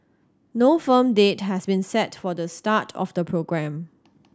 no firm date has been set for the start of the programme